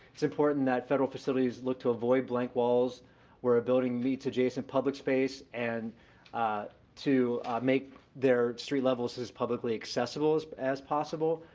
it's important that federal facilities look to avoid blank walls where a building meets adjacent public space, and to make their street levels as publicly accessible as but as possible,